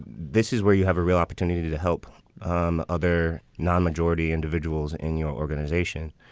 this is where you have a real opportunity to help um other non-majority individuals in your organization.